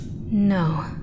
No